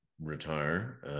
retire